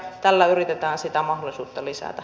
tällä yritetään sitä mahdollisuutta lisätä